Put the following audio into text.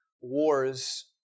wars